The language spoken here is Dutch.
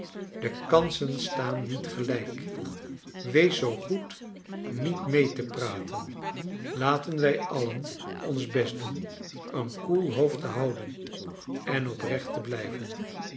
de kansen staan niet gelijk wees zoo goed niet mee te praten laten wij alien ons best doen een koel hoofd te houden en oprecht te blijveu